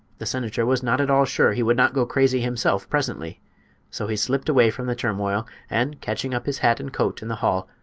the senator was not at all sure he would not go crazy himself, presently so he slipped away from the turmoil, and, catching up his had and coat in the hall,